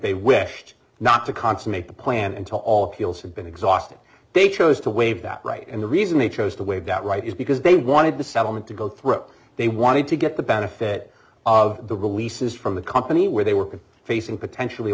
they wished not to consummate the plan until all fields have been exhausted they chose to waive that right and the reason they chose to waive that right is because they wanted the settlement to go through they wanted to get the benefit of the releases from the company where they were facing potentially